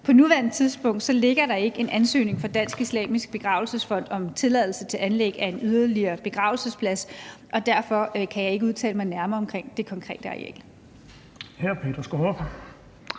På nuværende tidspunkt ligger der ikke en ansøgning fra Dansk Islamisk Begravelsesfond om tilladelse til anlæg af en yderligere begravelsesplads, og derfor kan jeg ikke udtale mig nærmere omkring det konkrete areal.